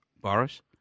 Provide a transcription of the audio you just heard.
Boris